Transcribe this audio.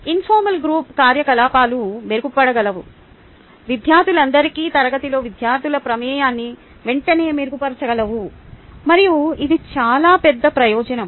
informal group కార్యకలాపాలు మెరుగుపడగలవు విద్యార్థులందరికీ తరగతిలో విద్యార్థుల ప్రమేయాన్ని వెంటనే మెరుగుపరచగలవు మరియు అది చాలా పెద్ద ప్రయోజనం